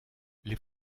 les